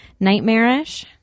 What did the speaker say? nightmarish